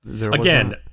Again